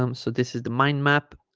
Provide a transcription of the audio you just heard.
um so this is the mind map